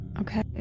Okay